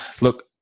look